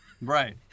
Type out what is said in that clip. Right